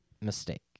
mistake